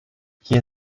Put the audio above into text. hier